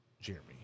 Jeremy